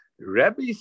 Rabbi